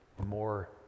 more